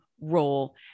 role